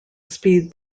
speed